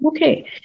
Okay